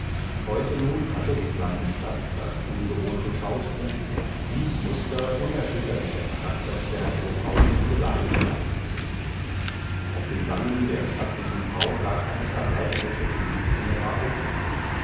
heute nun hatte die kleine stadt das ungewohnte schauspiel dies muster unerschütterlicher charakterstärke aus dem geleise weichen zu sehen auf den wangen der stattlichen frau lag eine verräterische glut innerer aufregung